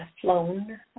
flown